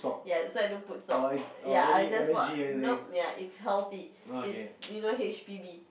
ya so I don't put salt ya I just put nope ya it's healthy it's you know H_P_B